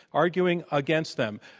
arguing against them,